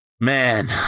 Man